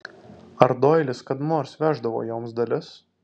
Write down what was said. ar doilis kada nors veždavo joms dalis